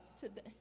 today